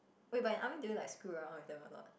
wait but in army did you like screw around with them a lot